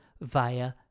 via